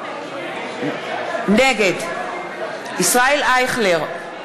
נגד ישראל אייכלר,